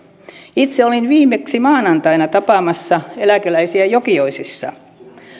itse olin viimeksi maanantaina tapaamassa eläkeläisiä jokioisissa